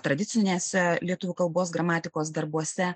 tradicinėse lietuvių kalbos gramatikos darbuose